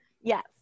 Yes